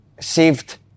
Saved